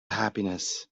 happiness